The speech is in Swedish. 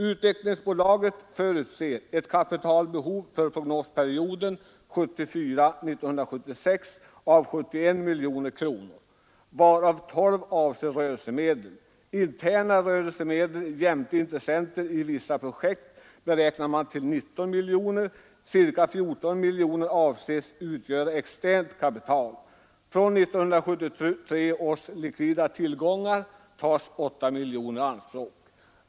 Utvecklingsbolaget förutser ett kapitalbehov för prognosperioden 1974-1976 av 71 miljoner kronor, varav 12 miljoner avser rörelsemedel. Interna rörelsemedel jämte intressen i vissa projekt beräknar man till 19 miljoner. Ca 14 miljoner avses utgöra externt kapital. Av 1973 års likvida tillgångar tas 8 miljoner i anspråk.